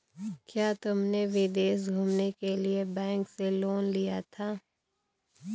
क्या तुमने विदेश घूमने के लिए बैंक से लोन लिया था?